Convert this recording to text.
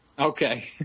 Okay